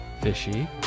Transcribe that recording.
Fishy